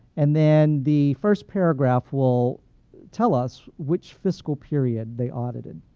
and then, the first paragraph will tell us which fiscal period they audited.